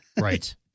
Right